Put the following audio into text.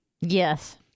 Yes